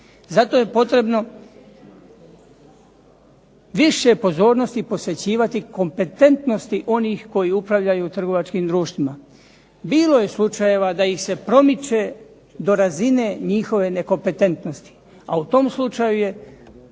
Zato je potrebno više pozornosti posvećivati kompetentnosti onih koji upravljaju trgovačkim društvima. Bilo je slučajeva da ih se promiče do razine njihove nekompetentnosti, a u tom slučaju je